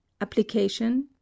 Application